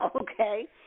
Okay